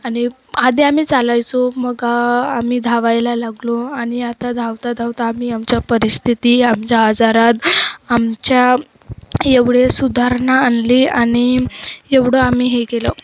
आणि आधी आम्ही चालायचो मग आम्ही धावायला लागलो आणि आता धावता धावता आम्ही आमच्या परिस्थिती आमच्या आजारात आमच्या एवढे सुधारणा आणली आणि एवढं आम्ही हे केलं